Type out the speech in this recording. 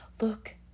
look